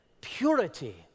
purity